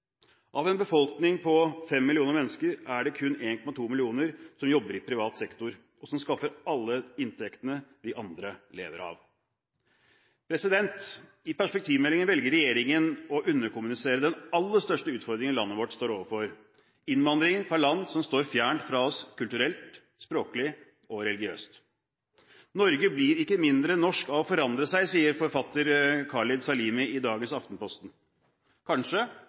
Av en befolkning på 5 millioner mennesker er det kun 1,2 millioner som jobber i privat sektor, og som skaffer alle inntektene vi andre lever av. I perspektivmeldingen velger regjeringen å underkommunisere den aller største utfordringen landet vårt står overfor, nemlig innvandringen fra land som står fjernt fra oss kulturelt, språklig og religiøst. «Norge blir ikke mindre norsk av å forandre seg», sier forfatter Khalid Salimi i dagens Aftenposten. Kanskje,